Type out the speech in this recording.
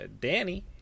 Danny